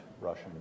russian